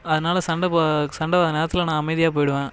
அதனால் சண்டை போ சண்டை வர நேரத்தில் நான் அமைதியாக போயிடுவேன்